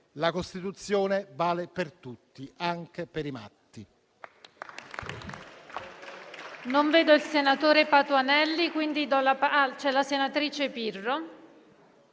la Costituzione vale per tutti, anche per i matti.